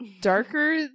Darker